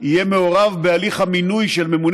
יהיה מעורב בהליך המינוי של ממונה